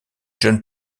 jeunes